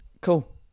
Cool